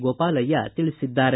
ಗೋಪಾಲಯ್ಯ ತಿಳಿಸಿದ್ದಾರೆ